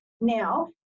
now